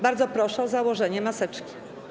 Bardzo proszę o założenie maseczki.